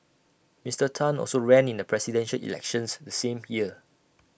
Mister Tan also ran in the Presidential Elections the same year